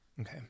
Okay